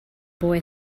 boy